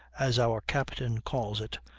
as our captain calls it,